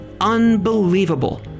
unbelievable